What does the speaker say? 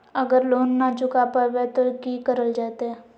अगर लोन न चुका पैबे तो की करल जयते?